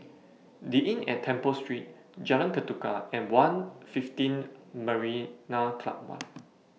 The Inn At Temple Street Jalan Ketuka and one'L fifteen Marina Club one